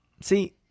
See